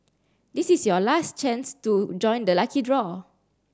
this is your last chance to join the lucky draw